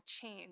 change